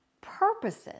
purposes